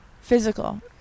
Physical